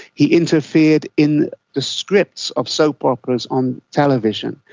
he interfered in the scripts of soap operas on television.